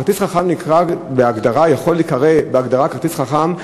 כרטיס חכם יכול להיקרא בהגדרה "כרטיס חכם",